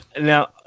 Now